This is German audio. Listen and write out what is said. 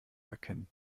erkennen